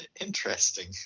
Interesting